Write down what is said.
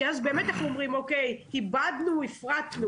כי אז אנחנו אומרים שאיבדנו והפרטנו.